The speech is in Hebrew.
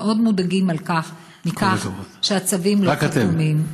מאוד מודאגים מכך שהצווים לא חתומים.